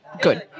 good